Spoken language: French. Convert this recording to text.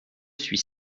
suis